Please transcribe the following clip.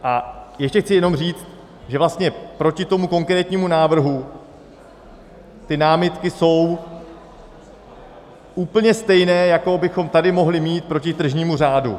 A ještě chci jenom říct, že vlastně proti tomu konkrétnímu návrhu ty námitky jsou úplně stejné, jaké bychom tady mohli mít proti tržnímu řádu.